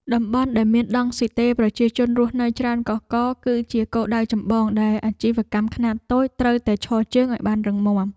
តំបន់ដែលមានដង់ស៊ីតេប្រជាជនរស់នៅច្រើនកុះករ គឺជាគោលដៅចម្បងដែលអាជីវកម្មខ្នាតតូចត្រូវតែឈរជើងឱ្យបានរឹងមាំ។